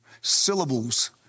syllables